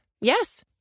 Yes